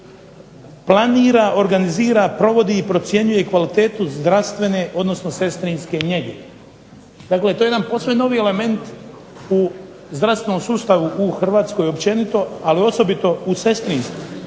planira, organizira, provodi i procjenjuje kvalitetu zdravstvene odnosno sestrinske njege. Dakle, to je jedan posve novi element u zdravstvenom sustavu u Hrvatskoj općenito, ali osobito u sestrinstvu.